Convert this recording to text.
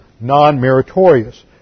non-meritorious